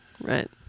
right